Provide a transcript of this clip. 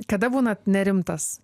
kada būnat nerimtas